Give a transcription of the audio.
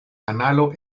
kanalo